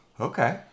Okay